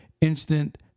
instant